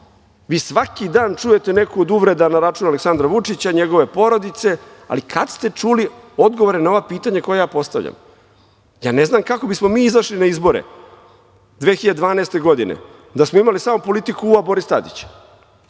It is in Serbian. to? Vi svaki dan čujete neku od uvreda na račun Aleksandra Vučića, njegove porodice, ali kada ste čuli odgovore na ova pitanja koja ja postavljam? Ne znam kako bismo mi izašli na izbore 2012. godine da smo imali samo politiku – ua, Boris Tadić.